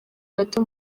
gato